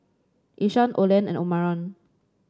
Ishaan Olen and Omarion